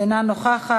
אינה נוכחת.